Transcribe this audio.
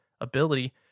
ability